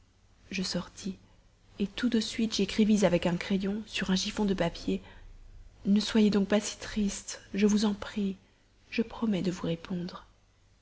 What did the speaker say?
je sortis tout de suite j'écrivis avec mon crayon sur un chiffon de papier ne soyez donc pas si triste je vous en prie je promets de vous répondre